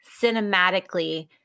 cinematically